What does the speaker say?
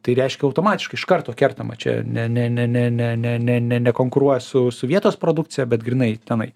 tai reiškia automatiškai iš karto kertama čia ne ne ne ne ne ne ne konkuruoja su su vietos produkcija bet grynai tenai